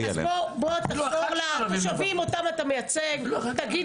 תחזור לאותם תושבים אותם אתה מייצג ותגיד